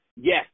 yes